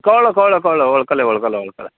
कळ्ळो कळ्ळो कळ्ळो वळखलें वळखलें वळखलें